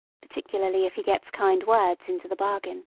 particularly if he gets kind words into the bargain.